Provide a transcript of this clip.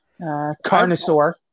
Carnosaur